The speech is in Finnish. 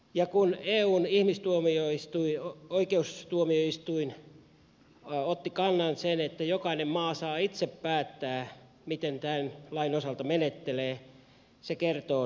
ja kun eun ihmisoikeustuomioistuin otti sen kannan että jokainen maa saa itse päättää miten tämän lain osalta menettelee se kertoo siitä